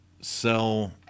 sell